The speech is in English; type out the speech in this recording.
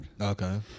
Okay